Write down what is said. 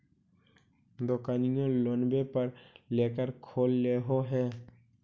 दोकनिओ लोनवे पर लेकर खोललहो हे?